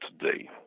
today